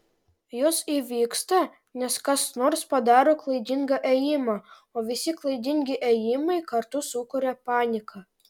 jos įvyksta nes kas nors padaro klaidingą ėjimą o visi klaidingi ėjimai kartu sukuria paniką